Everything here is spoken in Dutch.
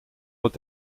het